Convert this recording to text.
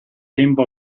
tempo